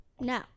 No